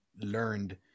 learned